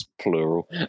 plural